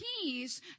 peace